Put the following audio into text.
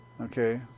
Okay